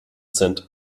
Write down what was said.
sind